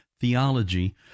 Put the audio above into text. theology